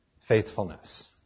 faithfulness